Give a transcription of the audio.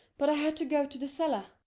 but i had to go to the cellar.